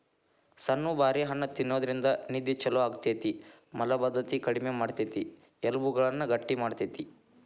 ಸಣ್ಣು ಬಾರಿ ಹಣ್ಣ ತಿನ್ನೋದ್ರಿಂದ ನಿದ್ದೆ ಚೊಲೋ ಆಗ್ತೇತಿ, ಮಲಭದ್ದತೆ ಕಡಿಮಿ ಮಾಡ್ತೆತಿ, ಎಲಬುಗಳನ್ನ ಗಟ್ಟಿ ಮಾಡ್ತೆತಿ